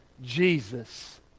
Jesus